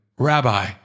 Rabbi